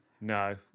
no